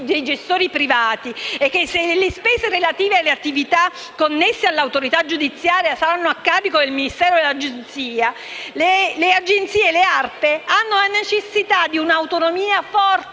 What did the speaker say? e che le spese relative alle attività connesse all'autorità giudiziaria saranno a carico del Ministero della giustizia, le ARPA hanno la necessità di un'autonomia forte,